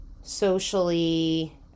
socially